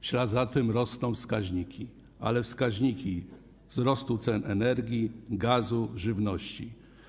W ślad za tym rosną wskaźniki, ale wskaźniki wzrostu cen energii, gazu i żywności.